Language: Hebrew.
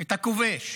את הכובש.